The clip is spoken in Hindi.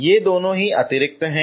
तो ये अतिरिक्त हैं